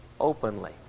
openly